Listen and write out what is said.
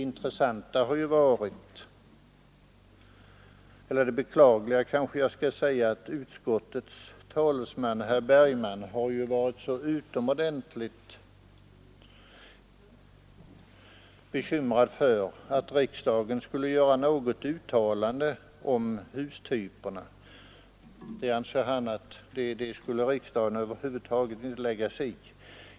Däremot är det beklagligt att utskottets talesman herr Bergman har varit så utomordentligt bekymrad för att riksdagen skulle göra något uttalande om hustyperna. Han anser att detta bör riksdagen över huvud taget inte lägga sig i.